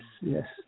Yes